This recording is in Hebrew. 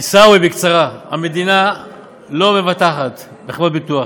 עיסאווי, בקצרה, המדינה לא מבטחת בחברות ביטוח.